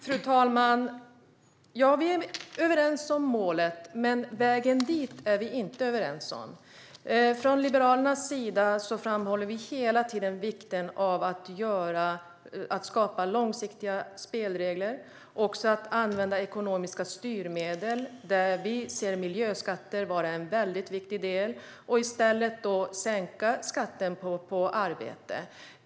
Fru talman! Ja, vi är överens om målet. Men vägen dit är vi inte överens om. Från Liberalernas sida framhåller vi hela tiden vikten av att skapa långsiktiga spelregler och att använda ekonomiska styrmedel, där vi anser miljöskatter vara en mycket viktig del. I stället vill vi sänka skatten på arbete.